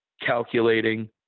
calculating